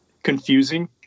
confusing